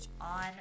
on